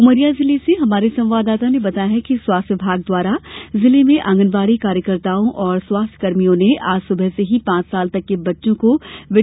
उमरिया जिले से हमारे संवाददाता ने बताया है कि स्वास्थ्य विभाग द्वारा जिले में आंगनवाड़ी कार्यकर्ताओं और स्वास्थ्यकर्मियों ने आज सुबह से ही पांच वर्ष तक के बच्चों को विटामीन ए की खुराक पिलाई